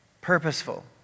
Purposeful